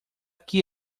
que